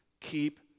Keep